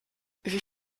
wie